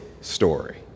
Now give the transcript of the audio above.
story